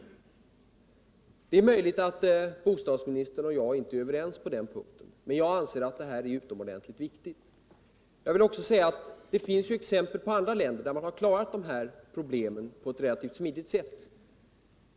Det är möjligt att bostadsministern och jag inte är överens på den punkten. Men jag anser att detta är utomordentligt viktigt. Det finns också exempel på andra länder. som har löst dessa problem på eu relativt smidigt sätt.